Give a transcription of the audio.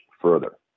further